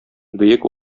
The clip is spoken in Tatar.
бөек